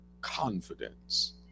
confidence